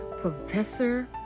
professor